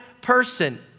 person